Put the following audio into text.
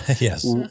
Yes